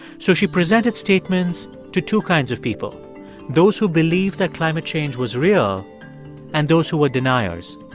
so she presented statements to two kinds of people those who believe that climate change was real and those who were deniers.